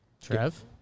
Trev